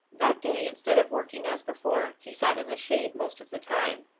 that day instead of working as before, he sat in the shade most of the time,